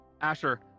Asher